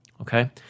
Okay